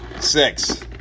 six